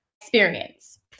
experience